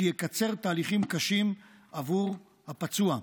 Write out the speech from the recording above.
שיקצר תהליכים קשים עבור הפצוע.